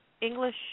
English